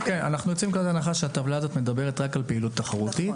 אנחנו יוצאים מנקודת הנחה שאת מדברת רק על פעילות תחרותית.